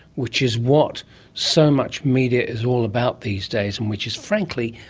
which is what so much media is all about these days and which is, frankly,